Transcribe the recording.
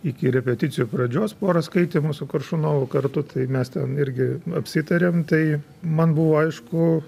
iki repeticijų pradžios pora skaitymų su koršunovu kartu tai mes ten irgi apsitarėm tai man buvo aišku